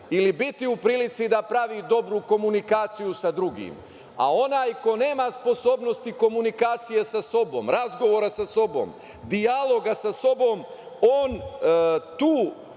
ili biti u prilici da pravi dobru komunikaciju sa drugim. Onaj ko nema sposobnosti komunikacije sa sobom, razgovora sa sobom, dijaloga sa sobom, on tu